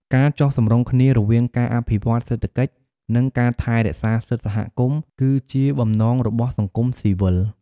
ការចុះសម្រុងគ្នារវាងការអភិវឌ្ឍន៍សេដ្ឋកិច្ច និងការថែរក្សាសិទ្ធិសហគមន៍ គឺជាបំណងរបស់សង្គមស៊ីវិល។